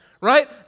right